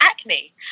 acne